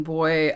Boy